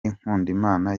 nkundimana